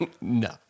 no